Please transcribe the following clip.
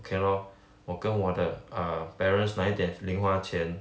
okay lor 我跟我的 err parents 拿一点零花钱